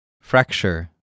Fracture